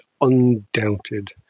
undoubted